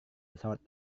pesawat